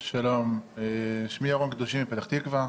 שלום, שמי ירון קדושים מפתח תקווה.